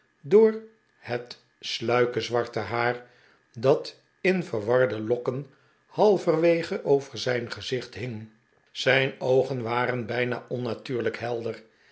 door het sluike zwarte haar dat in verwarde lokken halverwege over zijn gezicht hing zijn oogen waren bijna onnatuurlijk helder